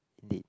indeed